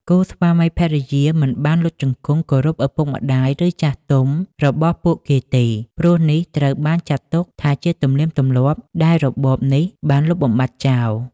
គូស្វាមីភរិយាមិនបានលុតជង្គង់គោរពឪពុកម្តាយឬចាស់ទុំរបស់ពួកគេទេ ព្រោះនេះត្រូវបានចាត់ទុកថាជាទំនៀមទម្លាប់ដែលរបបនេះបានលុបបំបាត់ចោល។